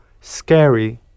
scary